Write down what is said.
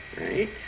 right